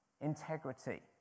Integrity